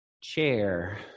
chair